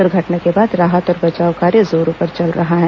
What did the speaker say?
दुर्घटना के बाद राहत और बचाव कार्य जोरों पर चल रहा है